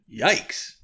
Yikes